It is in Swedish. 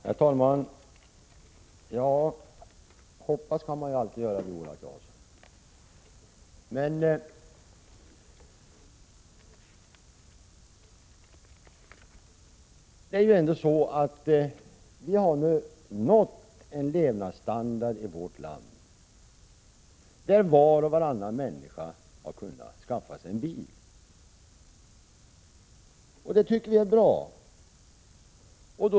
Herr talman! Hoppas kan man alltid göra, Viola Claesson. Men nu är ju förhållandet det att vi har nått en sådan levnadsstandard i vårt land att var och varannan människa har kunnat skaffa sig en bil. Det tycker vi är bra.